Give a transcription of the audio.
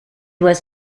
was